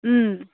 ওম